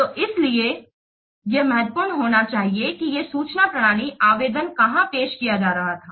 तो इसीलिए यह महत्वपूर्ण होंना चाहिए कि ये सूचना प्रणाली आवेदन कहा पेश किया जा रहा था